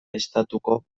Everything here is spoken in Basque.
estatuko